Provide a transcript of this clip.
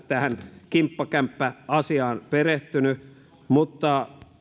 tähän kimppakämppäasiaan perehtynyt